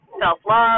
self-love